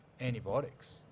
antibiotics